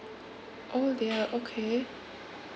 oh they are okay